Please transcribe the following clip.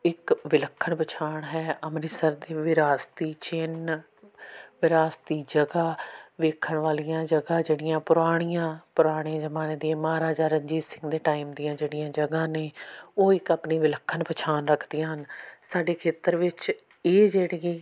ਇੱਕ ਵਿਲੱਖਣ ਪਛਾਣ ਹੈ ਅੰਮ੍ਰਿਤਸਰ ਦੇ ਵਿਰਾਸਤੀ ਚਿੰਨ੍ਹ ਵਿਰਾਸਤੀ ਜਗ੍ਹਾ ਵੇਖਣ ਵਾਲੀਆਂ ਜਗ੍ਹਾ ਜਿਹੜੀਆਂ ਪੁਰਾਣੀਆਂ ਪੁਰਾਣੇ ਜ਼ਮਾਨੇ ਦੀਆਂ ਮਹਾਰਾਜਾ ਰਣਜੀਤ ਸਿੰਘ ਦੇ ਟਾਈਮ ਦੀਆਂ ਜਿਹੜੀਆਂ ਜਗ੍ਹਾ ਨੇ ਉਹ ਇੱਕ ਆਪਣੀ ਵਿਲੱਖਣ ਪਛਾਣ ਰੱਖਦੀਆਂ ਹਨ ਸਾਡੇ ਖੇਤਰ ਵਿੱਚ ਇਹ ਜਿਹੜੀ